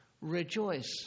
Rejoice